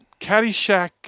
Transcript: Caddyshack